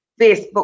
Facebook